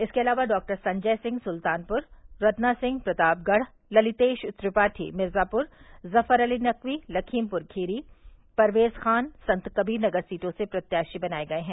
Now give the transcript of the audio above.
इसके अलावा डॉक्टर संजय सिंह सुल्तानपुर रत्ना सिंह प्रतापगढ़ ललितेश त्रिपाठी मिर्ज़ापुर जफ़र अली नकवी लखीमपुर खीरी परवेज़ ख़ान संतकबीरनगर सीटों से प्रत्याशी बनाये गये हैं